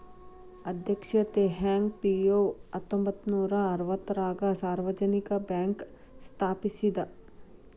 ಅಧ್ಯಕ್ಷ Teh Hong Piow ಹತ್ತೊಂಬತ್ ನೂರಾ ಅರವತ್ತಾರಗ ಸಾರ್ವಜನಿಕ ಬ್ಯಾಂಕ್ ಸ್ಥಾಪಿಸಿದ